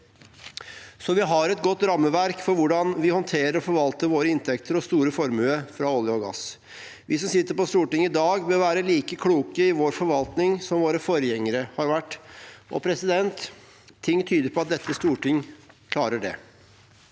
Så vi har et godt rammeverk for hvordan vi håndterer og forvalter våre inntekter og vår store formue fra olje og gass. Vi som sitter på Stortinget i dag, bør være like kloke i vår forvaltning som våre forgjengere har vært, og ting tyder på at dette storting klarer det.